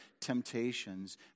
temptations